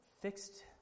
fixed